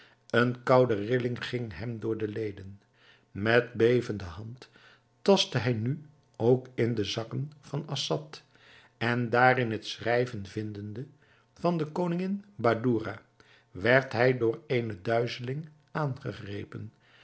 eene koude rilling ging hem door de leden met bevende hand tastte hij nu ook in de zakken van assad en daarin het schrijven vindende van de koningin badoura werd hij door eene duizeling aangegrepen